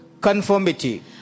conformity